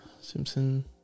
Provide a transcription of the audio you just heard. Simpson